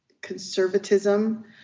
conservatism